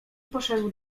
poszedł